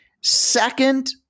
Second